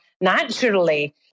naturally